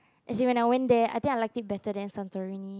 as in when I went there I think I like it better than Santorini